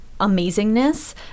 amazingness